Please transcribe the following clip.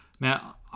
Now